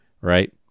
right